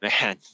man